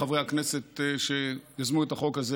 לחברי הכנסת שיזמו את החוק הזה,